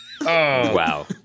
wow